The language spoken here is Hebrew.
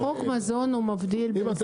חוק המזון מבדיל בין הסעיף הזה --- אם אתה